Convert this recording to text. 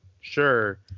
Sure